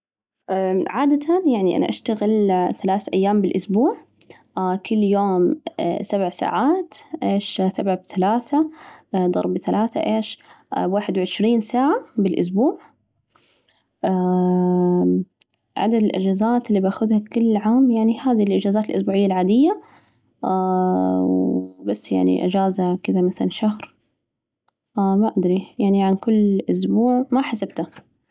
عادة يعني أنا أشتغل ثلاث أيام بالاسبوع، كل يوم سبع ساعات، إيش سبعة بثلاثة ضرب ثلاثة إيش؟ واحد وعشرين ساعة بالأسبوع ، عدد الإجازات اللي باخد كل عام يعني هذي الإجازات الأسبوعية العادية وبس ، يعني إجازة كذا مثلاً شهر ما أدري يعني عن كل أسبوع، ما حسبتها.